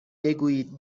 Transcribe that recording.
بگویید